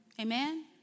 Amen